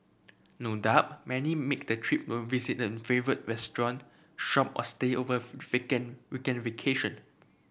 no doubt many make the trip to visit a favourite restaurant shop or stay over of weekend vacation